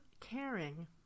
caring